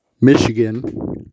Michigan